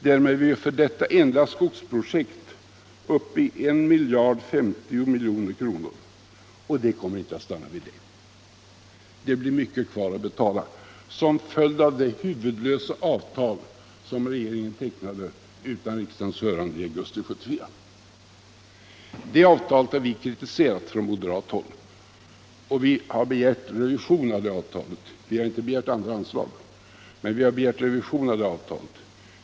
Därmed är vi för detta enda skogsprojekt uppe i I 050 milj.kr. Och det kommer inte att stanna vid det! Det blir mycket kvar att betala, som följd av det huvudlösa avtal som regeringen tecknade utan riksdagens hörande I augusti 1974. Det avtalet har vi kritiserat från moderat håll. Vi har inte begärt andra anslag. men vi har begärt revision av avtalet.